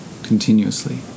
continuously